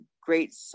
great